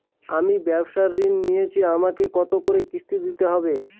আমি ব্যবসার ঋণ নিয়েছি আমাকে কত করে কিস্তি দিতে হবে?